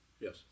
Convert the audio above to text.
Yes